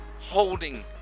holding